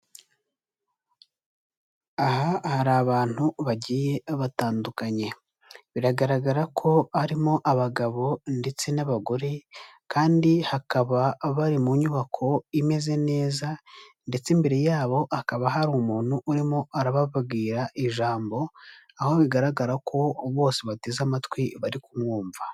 Aha hari abantu bagiye batandukanye. Biragaragara ko harimo abagabo ndetse n'abagore, kandi hakaba bari mu nyubako imeze neza, ndetse imbere yabo, hakaba hari umuntu urimo arababwira ijambo, aho bigaragara ko bose bateze amatwi, bari kumwumva.